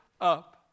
up